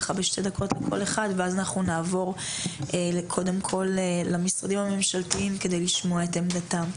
ואז נעבור למשרדים הממשלתיים כדי לשמוע את עמדתם.